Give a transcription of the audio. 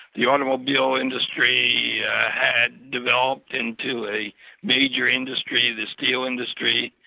the automobile industry yeah had developed into a major industry, the steel industry,